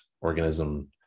organism